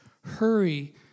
hurry